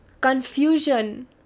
confusion